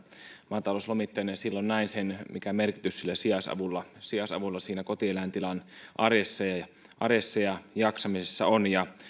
maatalouslomittajana ja silloin näin sen mikä merkitys sillä sijaisavulla sijaisavulla siinä kotieläintilan arjessa ja jaksamisessa on ja se ei